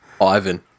Ivan